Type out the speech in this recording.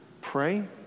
pray